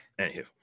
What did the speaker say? anywho